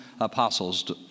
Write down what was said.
apostles